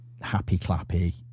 happy-clappy